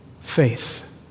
faith